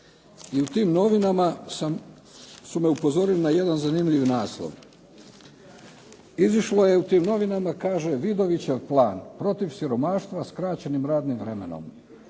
I u tim novinama su me upozorili na jedan zanimljiv naslov. Izišlo je kaže u novinama Vidovićev plan, "protiv siromaštva sa skraćenim radnim vremenom".